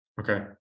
Okay